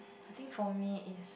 I think for me is